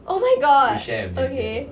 oh my god okay